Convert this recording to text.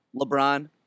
LeBron